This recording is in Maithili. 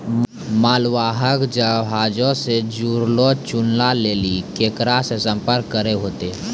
मालवाहक जहाजो से जुड़लो सूचना लेली केकरा से संपर्क करै होतै?